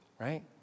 right